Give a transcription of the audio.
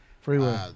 Freeway